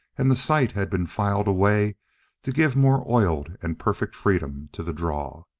and the sight had been filed away to give more oiled and perfect freedom to the draw.